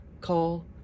call